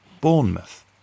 Bournemouth